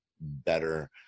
better